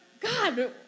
God